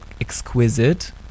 exquisite